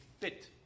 fit